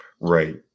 Right